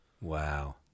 Wow